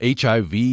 HIV